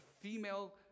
female